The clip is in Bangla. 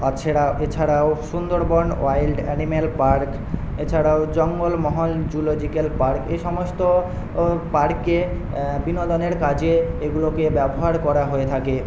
তাছাড়া এছাড়াও সুন্দরবন ওয়াইল্ড অ্যানিমেল পার্ক এছাড়াও জঙ্গলমহল জুলজিকাল পার্ক এসমস্ত ও পার্কে বিনোদনের কাজেও এগুলোকে ব্যবহার করা হয়ে থাকে